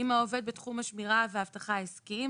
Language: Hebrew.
אם העובד בתחום השמירה והאבטחה הסכים,